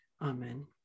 Amen